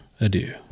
adieu